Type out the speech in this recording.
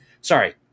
Sorry